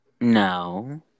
No